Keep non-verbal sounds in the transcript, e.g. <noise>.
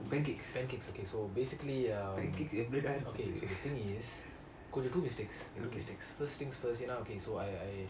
pancakes எப்பிடிடா:epidida <laughs>